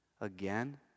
Again